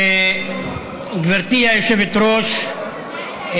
גברתי היושבת-ראש,